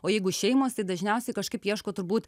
o jeigu šeimos tai dažniausiai kažkaip ieško turbūt